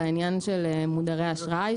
בעניין של מודרי אשראי,